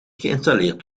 geïnstalleerd